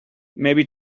maybe